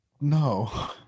No